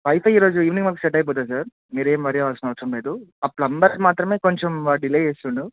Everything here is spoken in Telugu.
వైఫై ఈరోజు ఈవినింగ్ వరకు సెట్ అయిపోతుంది సార్ మీరేం వర్రీ అవాల్సిన అవసరం లేదు ఆ ప్లంబర్ మాత్రమే కొంచెం డిలే చేస్తునాడు